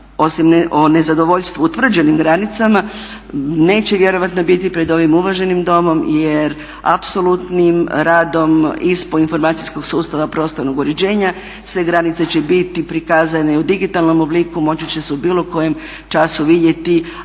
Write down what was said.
o nezadovoljstvu utvrđenim granicama neće vjerojatno biti pred ovim uvaženim domom jer apsolutnim radom ISPO informacijskog sustava prostornog uređenja sve granice će biti prikazane i u digitalnom obliku, moći će se u bilo kojem času vidjeti,